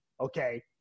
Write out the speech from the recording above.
okay